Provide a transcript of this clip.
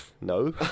no